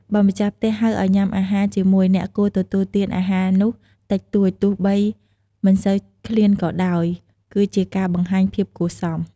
បើម្ចាស់ផ្ទះហៅឲ្យញុំាអាហារជាមួយ អ្នកគួរទទួលទានអាហារនោះតិចតួច ទោះបីមិនសូវឃ្លានក៏ដោយ គឺជាការបង្ហាញភាពគួរសម។